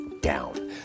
down